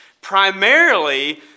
primarily